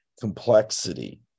complexity